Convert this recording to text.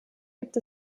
gibt